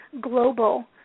global